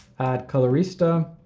add colorista,